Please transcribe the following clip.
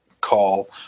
call